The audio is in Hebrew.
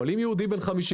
אבל אם יהודי בן 50,